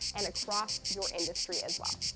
and across your industry as well.